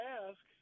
ask